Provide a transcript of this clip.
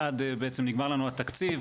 עד שבעצם נגמר לנו התקציב,